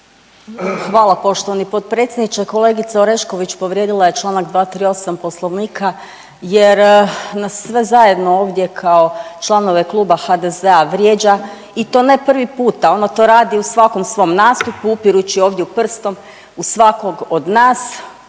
Hvala poštovani potpredsjedniče, kolegica Orešković povrijedila je članak 238. Poslovnika jer nas sve zajedno ovdje kao članove kluba HDZ-a vrijeđa i to ne prvi puta. Ona to radi u svakom svom nastupu upirući ovdje prstom u svakog od nas